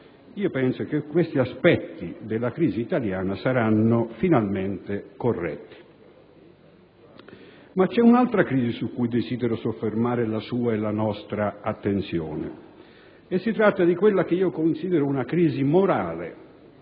penso che questi aspetti della crisi italiana saranno finalmente corretti. Ma c'è un'altra crisi su cui desidero soffermare la sua e la nostra attenzione, e si tratta di quella che io considero una crisi morale